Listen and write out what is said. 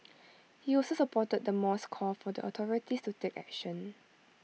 he also supported the mall's call for the authorities to take action